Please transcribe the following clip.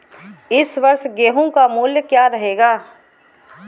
इस वर्ष गेहूँ का मूल्य क्या रहेगा?